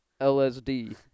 LSD